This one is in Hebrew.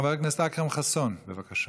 חבר הכנסת אכרם חסון, בבקשה.